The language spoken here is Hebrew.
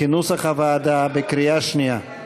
כנוסח הוועדה, בקריאה שנייה.